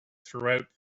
throughout